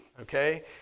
okay